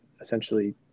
essentially